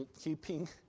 keeping